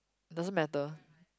doesn't matter